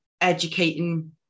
educating